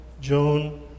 Joan